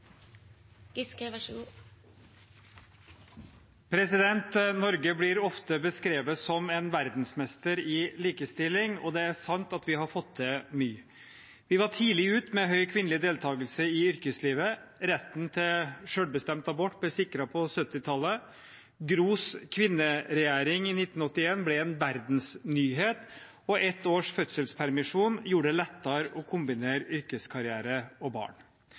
sant at vi har fått til mye. Vi var tidlig ute med høy kvinnelig deltagelse i yrkeslivet, retten til selvbestemt abort ble sikret på 1970-tallet, Gros kvinneregjering i 1981 ble en verdensnyhet, og ett års fødselspermisjon gjorde det lettere å kombinere yrkeskarriere og barn.